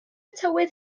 tywydd